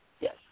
Yes